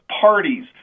parties